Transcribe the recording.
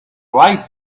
life